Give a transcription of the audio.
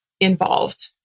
involved